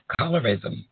colorism